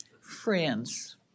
friends